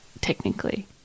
technically